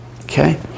Okay